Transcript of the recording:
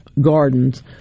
gardens